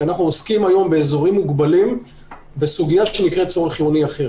כי אנחנו עוסקים היום באזורים מוגבלים בסוגיה שנקראת צורך חיוני אחר.